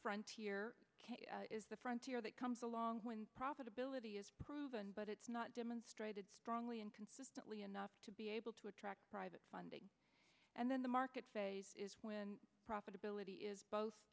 front here is the frontier that comes along when profitability is proven but it's not demonstrated strongly and consistently enough to be able to attract private funding and then the market profitability is both